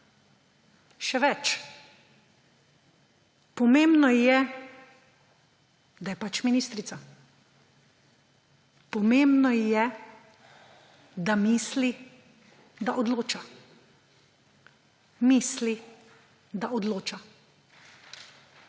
Še več, pomembno ji je, da je pač ministrica. Pomembno ji je, da misli, da odloča. Misli, da odloča.